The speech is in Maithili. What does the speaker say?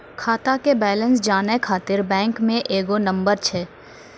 खाता के बैलेंस जानै ख़ातिर बैंक मे एगो नंबर छै?